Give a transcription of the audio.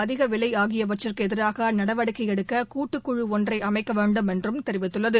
அதிக விலை ஆகியவற்றக்கு எதிராக நடவடிக்கை எடுக்க கூட்டு குழு ஒன்றை அமைக்க வேண்டும் என்றும் தெரிவித்துள்ளது